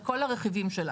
על כל הרכיבים שלה.